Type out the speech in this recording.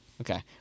Okay